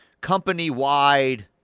company-wide